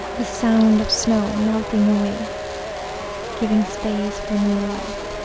the sound of snow melting away giving space for new life